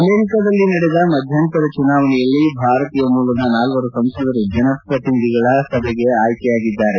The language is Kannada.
ಅಮೆರಿಕದಲ್ಲಿ ನಡೆದ ಮಧ್ಯಂತರ ಚುನವಣೆಯಲ್ಲಿ ಭಾರತೀಯ ಮೂಲದ ನಾಲ್ಲರು ಸಂಸದರು ಜನಪ್ರತಿನಿಧಿಗಳ ಸಭೆಗೆ ಆಯ್ಕೆಯಾಗಿದ್ದಾರೆ